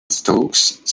stokes